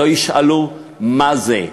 לא ישאלו מה זה,